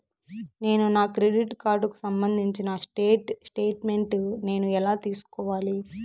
నేను నా క్రెడిట్ కార్డుకు సంబంధించిన స్టేట్ స్టేట్మెంట్ నేను ఎలా తీసుకోవాలి?